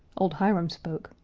old hiram spoke.